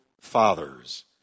fathers